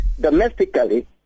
domestically